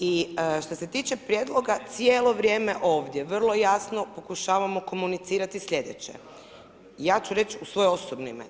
I što se tiče prijedloga, cijelo vrijeme ovdje, vrlo jasno pokušavamo komunicirati sljedeće, ja ću reći u svoje osobno ime.